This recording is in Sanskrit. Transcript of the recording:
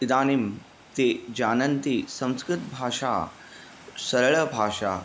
इदानिं ते जानन्ति संस्कृतभाषा सरलभाषा